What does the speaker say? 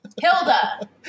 Hilda